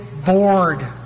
bored